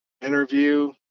interview